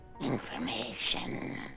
Information